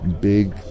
big